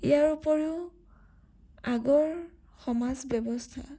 ইয়াৰ উপৰিও আগৰ সমাজ ব্যৱস্থা